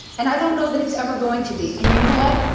and i don't know that it's ever going to be. and you know what?